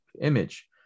Image